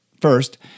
First